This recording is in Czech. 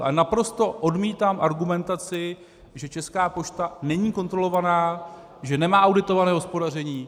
Ale naprosto odmítám argumentaci, že Česká pošta není kontrolovaná, že nemá auditované hospodaření.